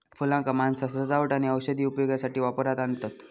फुलांका माणसा सजावट आणि औषधी उपयोगासाठी वापरात आणतत